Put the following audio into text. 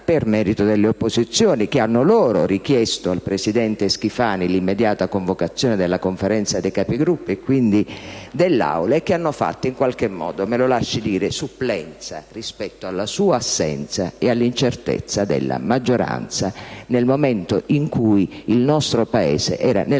per merito delle opposizioni, che hanno loro richiesto al presidente Schifani l'immediata convocazione della Conferenza dei Capigruppo e quindi dell'Aula, e che hanno fatto in qualche modo - me lo lasci dire - supplenza rispetto alla sua assenza e all'incertezza della maggioranza nel momento in cui il nostro Paese era nella